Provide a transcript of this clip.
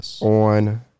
on